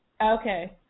okay